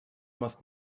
must